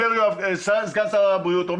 סגן שר הבריאות,